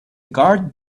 guard